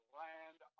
land